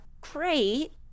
great